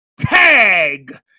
tag